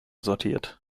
sortiert